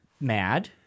mad